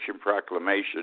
Proclamation